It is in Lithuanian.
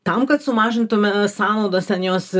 tam kad sumažintume sąnaudos ten jos